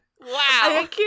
wow